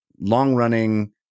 long-running